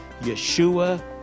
Yeshua